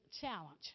challenge